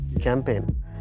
campaign